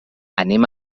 anem